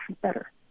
better